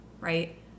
right